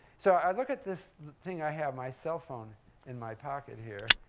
so i look at this thing i have, my cell phone in my pocket, here,